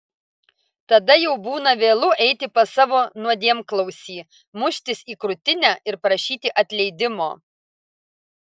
tada jau būna vėlu eiti pas savo nuodėmklausį muštis į krūtinę ir prašyti atleidimo